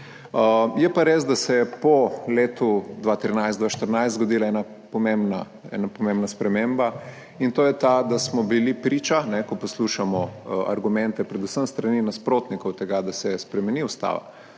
Je pa res, da se je po letih 2013, 2014 zgodila ena pomembna sprememba, in to je ta, da smo bili priča – ko poslušamo argumente predvsem s strani nasprotnikov tega, da se spremeni ustava